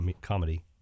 comedy